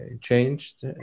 changed